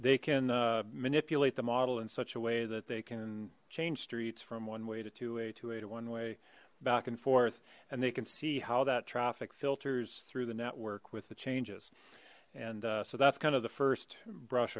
they can manipulate the model in such a way that they can change streets from one way to to a to a to one way back and forth and they can see how that traffic filters through the network with the changes and so that's kind of the first brush